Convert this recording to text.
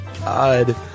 God